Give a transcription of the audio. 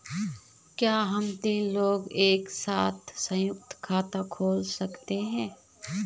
क्या हम तीन लोग एक साथ सयुंक्त खाता खोल सकते हैं?